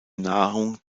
nahrung